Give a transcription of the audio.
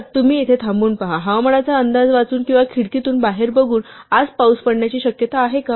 तर तुम्ही येथे थांबून पहा हवामानाचा अंदाज वाचून किंवा खिडकीतून बाहेर बघून आज पाऊस पडण्याची शक्यता आहे का